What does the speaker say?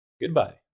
goodbye